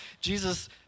Jesus